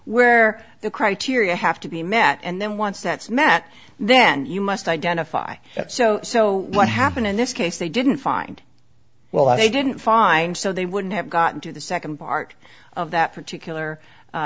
where the criteria have to be met and then once that's met then you must identify it so so what happened in this case they didn't find well i didn't find so they wouldn't have gotten to the second part of that particular